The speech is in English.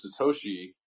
Satoshi